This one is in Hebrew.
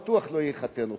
בטוח הוא לא יחתן אותך,